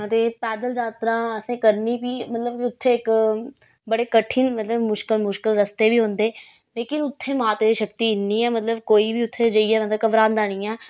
ते पैदल जात्तरा असें करनी फ्ही मतलब कि उत्थें इक बड़े कठिन मतलब मुश्किल मुश्किल रस्ते बी औंदे लेकिन उत्थें माता शक्ति इन्नी ऐ मतलब कोई बी उत्थें जाइयै मतलब घबरांदा नी ऐ